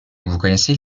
connaissez